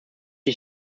ich